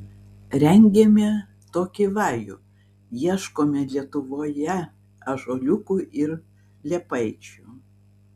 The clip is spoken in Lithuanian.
rengėme tokį vajų ieškome lietuvoje ąžuoliukų ir liepaičių